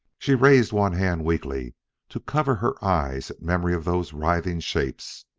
she raised one hand weakly to cover her eyes at memory of those writhing shapes,